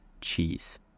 cheese